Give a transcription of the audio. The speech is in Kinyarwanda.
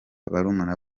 barumuna